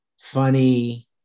funny